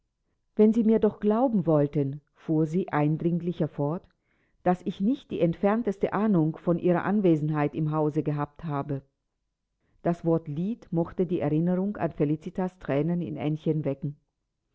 wenn sie mir doch glauben wollten fuhr sie eindringlicher fort daß ich nicht die entfernteste ahnung von ihrer anwesenheit im hause gehabt habe das wort lied mochte die erinnerung an felicitas thränen in aennchen wecken